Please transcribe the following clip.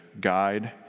guide